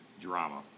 drama